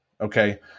Okay